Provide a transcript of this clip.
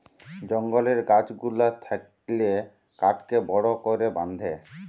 জঙ্গলের গাছ গুলা থাকলে কাঠকে বড় করে বেঁধে